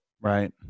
Right